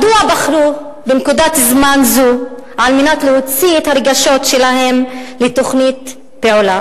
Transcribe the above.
מדוע בחרו בנקודת זמן זו על מנת להוציא את הרגשות שלהם לתוכנית פעולה?